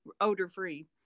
odor-free